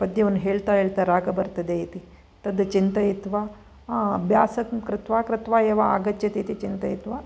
पद्यवन् हेल्ता हेल्ता राग बर्तदे इति तद् चिन्तयोत्वा अभ्यासं कृत्वा कृत्वा एव आगच्छति इति चिन्तयित्वा